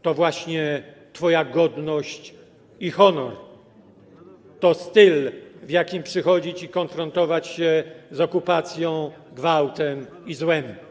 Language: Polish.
To właśnie twoja godność i honor, to styl, w jakim przychodzi ci konfrontować się z okupacją, gwałtem i złem.